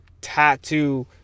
tattoo